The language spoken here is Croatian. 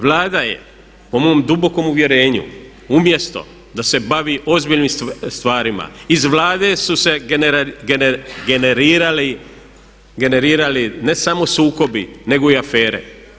Vlada je po momo dubokom uvjerenju umjesto da se bavi ozbiljnim stvarima, iz Vlade su se generirali ne samo sukobi nego i afere.